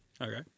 Okay